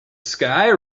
sky